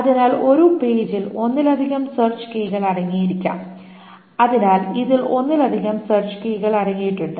അതിനാൽ ഒരു പേജിൽ ഒന്നിലധികം സെർച്ച് കീകൾ അടങ്ങിയിരിക്കാം അതിനാൽ ഇതിൽ ഒന്നിലധികം സെർച്ച് കീകൾ അടങ്ങിയിരിക്കാം